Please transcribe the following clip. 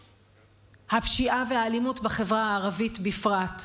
הפשיעה והאלימות בחברה הערבית בפרט,